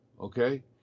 Okay